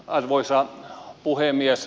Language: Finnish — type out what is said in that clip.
arvoisa puhemies